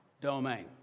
domain